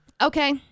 Okay